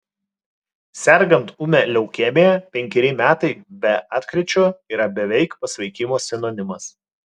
sergant ūmia leukemija penkeri metai be atkryčio yra beveik pasveikimo sinonimas